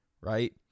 right